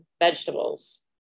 vegetables